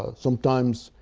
ah sometimes,